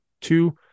Two